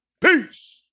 Peace